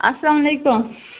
السلامُ علیکُم